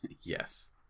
yes